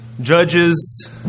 Judges